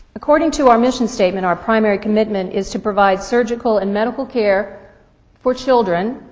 according to our mission statement, our primary commitment is to provide surgical and medical care for children,